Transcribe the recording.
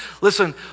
Listen